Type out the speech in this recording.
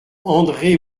andré